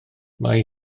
mae